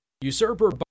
Usurper